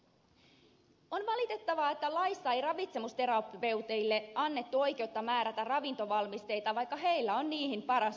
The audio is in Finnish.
on valitettavaa että laissa ei ravitsemusterapeuteille annettu oikeutta määrätä ravintovalmisteita vaikka heillä on niihin paras osaaminen